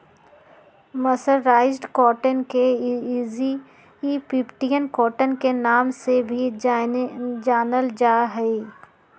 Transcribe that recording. mercerised cotton के Egyptian cotton के नाम से भी जानल जा हई